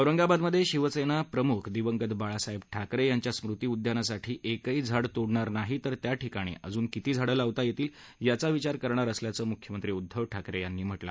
औरंगाबादमध्ये शिवसेना प्रमुख दिवंगत बाळासाहेब ठाकरे यांच्या स्मृती उद्यानासाठी एकही झाड तोडणार नाही तर त्याठिकाणी अजून किती झाड लावता येतील याचा विचार करणार असल्याचं मुख्यमंत्री उद्दव ठाकरे यांनी सांगितलं